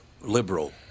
liberal